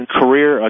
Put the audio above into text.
career